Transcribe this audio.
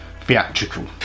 theatrical